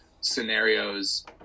scenarios